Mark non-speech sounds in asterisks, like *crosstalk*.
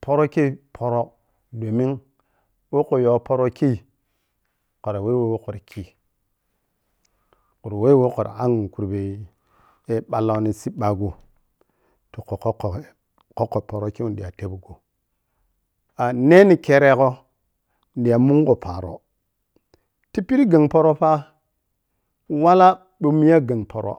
paro kei poro domin ɓou khu you poro kei khara weh woh khara khii khan weh woh khara angyi kurbe *hesitation* ɓalloni siɓɓa gho tu khu kokkho woh wah kokkho poro kei weh nidita tebgho *hesitation* neh ni kyeregho ni diya munghe paro tipidi gheng poro ga wala ɓou miya ghenyi poro